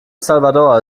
salvador